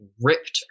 ripped